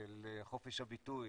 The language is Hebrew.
של חופש הביטוי,